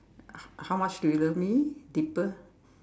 how much do you love me deeper